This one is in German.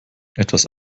etwas